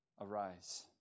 arise